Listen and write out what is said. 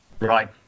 Right